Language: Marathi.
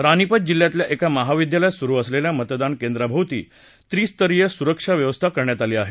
रानीपत जिल्ह्यातल्या एका महाविद्यालयात सुरु असलेल्या मतदान केंद्रांभोवती त्रिस्तरीय सुरक्षा व्यवस्था करण्यात आली आहे